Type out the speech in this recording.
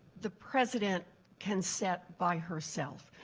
the president can set by herself.